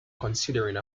considering